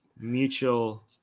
mutual